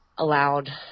allowed